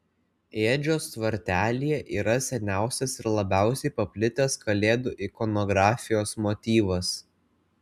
ėdžios tvartelyje yra seniausias ir labiausiai paplitęs kalėdų ikonografijos motyvas